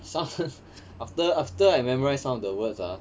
sometimes after after I memorise some of the words ah